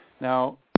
Now